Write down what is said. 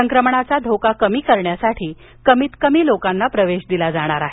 संक्रमणाचा धोका कमी करण्यासाठी कमीत कमी लोकांनाच प्रवेश दिला जाणार आहे